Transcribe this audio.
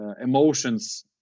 emotions